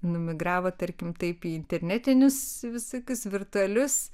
nuemigravo tarkim taip į internetinius visokius virtualius